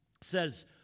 says